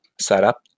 setup